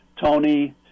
Tony